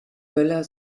möller